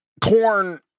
corn